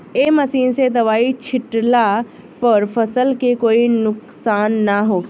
ए machine से दवाई छिटला पर फसल के कोई नुकसान ना होखे